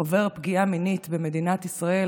עובר פגיעה מינית במדינת ישראל